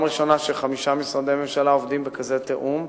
ראשונה שחמישה משרדי ממשלה עובדים בכזה תיאום,